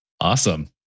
Awesome